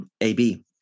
AB